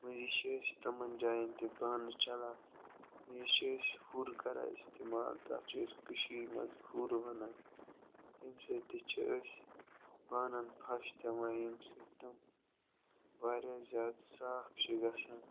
مٔنٛزی چھِ أسۍ تِمَن جایَن تہِ بانہٕ چَلان بیٚیہِ چھِ أسۍ ہُر کَران استعمال تَتھ چھِ أسۍ کٔشیٖرِ منٛز ہُر وَنان تَمہِ سۭتۍ تہِ چھِ أسۍ بانَن پھَش دِوان ییٚمہِ سۭتۍ تِم واریاہ زیادٕ صاف چھِ گَژھان